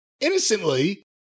innocently